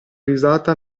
risata